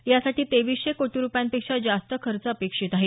यासाठी तेवीसशे कोटी रूपयांपेक्षा जास्त खर्च अपेक्षित आहे